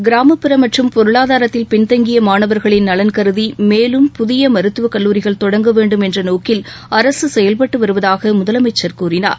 கிராமப்புற மற்றும் பொருளாதாரத்தில் பின்தங்கிய மாணவர்களின் நலன் கருதி மேலும் புதிய மருத்துவக் கல்லூரிகள் தொடங்க வேண்டும் என்ற நோக்கில் அரசு செயல்பட்டு வருவதாக முதலமைச்சர் கூறினார்